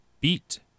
beat